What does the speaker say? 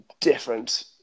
different